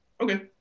Okay